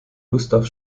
gustav